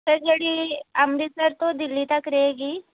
sir ਜਿਹੜੀ ਅੰਮ੍ਰਿਤਸਰ ਤੋਂ ਦਿੱਲੀ ਤੱਕ ਰਹੇਗੀ